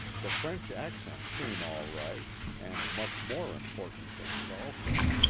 the french accent came all right and much more important things also.